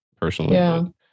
personally